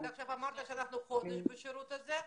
עכשיו אמרת שאנחנו חודש בשירות הזה,